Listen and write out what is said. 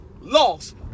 lost